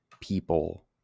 people